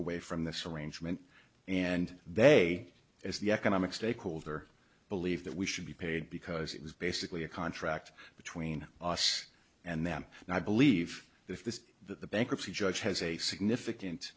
away from this arrangement and they as the economic stakeholder believe that we should be paid because it was basically a contract between us and them and i believe if this is the bankruptcy judge has a significant